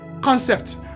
concept